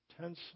tense